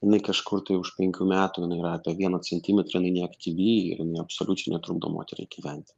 jinai kažkur tai už penkių metų jinai yra apie vieno centimetro jinai neaktyvi ir jinai absoliučiai netrukdo moteriai gyventi